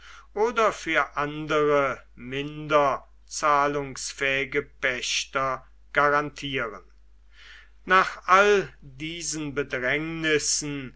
oder für andere minder zahlungsfähige pächter garantieren nach all diesen bedrängnissen